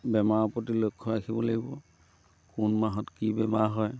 বেমাৰৰ প্ৰতি লক্ষ্য ৰাখিব লাগিব কোন মাহত কি বেমাৰ হয়